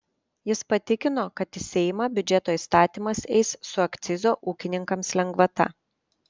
jis patikino kad į seimą biudžeto įstatymas eis su akcizo ūkininkams lengvata